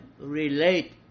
Relate